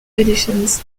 editions